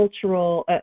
cultural